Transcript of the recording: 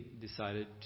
decided